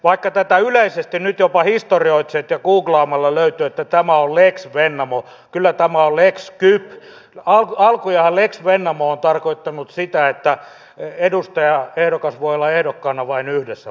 vaikka tätä yleisesti nyt jopa historioitsijat kutsuvat ja googlaamalla löytyy että tämä on lex vennamo alkujaan lex vennamo on tarkoittanut sitä että edustajaehdokas voi olla ehdokkaana vain yhdessä vaalipiirissä